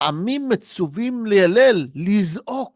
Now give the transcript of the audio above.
עמים מצווים לילל, לזעוק!